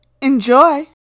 Enjoy